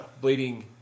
bleeding